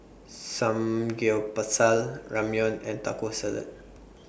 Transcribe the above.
Samgyeopsal Ramyeon and Taco Salad